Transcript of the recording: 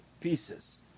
pieces